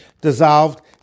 dissolved